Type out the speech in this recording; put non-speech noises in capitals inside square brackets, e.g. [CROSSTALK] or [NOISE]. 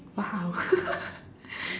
!wow! [LAUGHS]